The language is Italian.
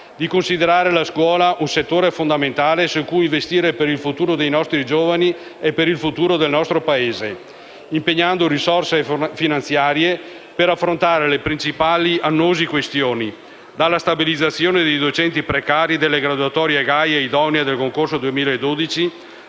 di considerare la scuola un settore fondamentale su cui investire per il futuro dei nostri giovani e per il futuro del nostro Paese, impegnando risorse finanziarie per affrontare le principali, annose questioni, dalla stabilizzazione dei docenti precari della graduatorie GAE e idonei al concorso 2012,